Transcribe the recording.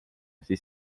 siis